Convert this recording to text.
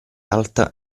alta